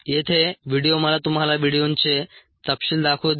येथे व्हिडिओ मला तुम्हाला व्हिडिओंचे तपशील दाखवू द्या